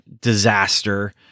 disaster